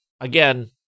Again